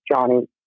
Johnny